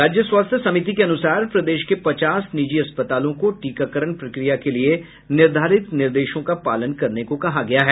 राज्य स्वास्थ्य समिति के अनुसार प्रदेश के पचास निजी अस्पतालों को टीकाकरण प्रक्रिया के लिए निर्धारित निर्देशों का पालन करने को कहा गया है